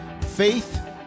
faith